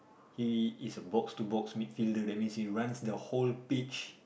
he is a box to box midfielder that means he runs the whole pitch